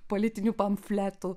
politinių pamfletų